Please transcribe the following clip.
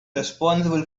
responsible